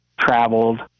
traveled